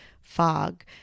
fog